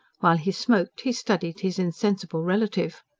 while he smoked, he studied his insensible relative.